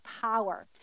power